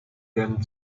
than